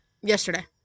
yesterday